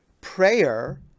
prayer